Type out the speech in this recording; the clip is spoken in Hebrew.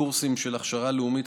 בקורסים של הכשרה לאומית,